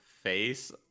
face